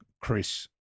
Chris